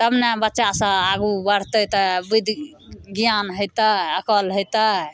तब ने बच्चासभ आगू बढ़तै तऽ बुधि ज्ञान हेतै अकिल हेतै